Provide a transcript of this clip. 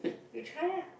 you try ah